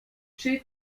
czy